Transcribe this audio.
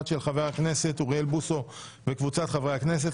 של חבר הכנסת משה אבוטבול וקבוצת חברי הכנסת.